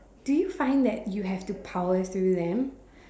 do you find that you have to power through them